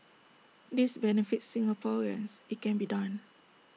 this benefits Singaporeans IT can be done